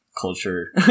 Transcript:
culture